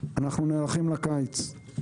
ואנחנו נערכים לקיץ.